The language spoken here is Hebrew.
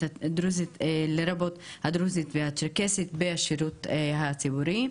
לרבות הדרוזית והצ'רקסית בשירות הציבורי.